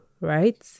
right